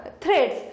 threads